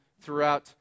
throughout